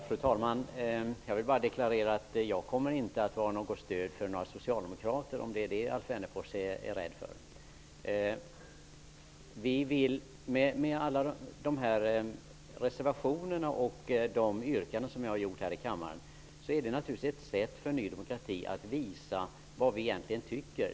Fru talman! Jag vill bara -- om det är det som Alf Wennerfors är rädd för -- deklarera att jag inte kommer att ge något stöd till några socialdemokrater. Våra reservationer och de yrkanden som jag har ställt här i kammaren är ett sätt för nydemokraterna att visa vad vi egentligen tycker.